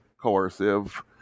coercive